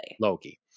Loki